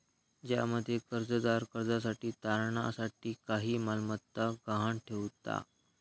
ज्यामध्ये कर्जदार कर्जासाठी तारणा साठी काही मालमत्ता गहाण ठेवता